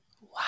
Wow